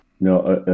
No